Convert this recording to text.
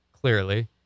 clearly